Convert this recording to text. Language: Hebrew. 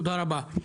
תודה רבה.